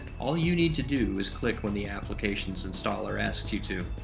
all you need to do is click when the application's installer asks you to.